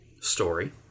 story